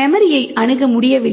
மெமரியை அணுக முடியவில்லை